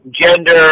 gender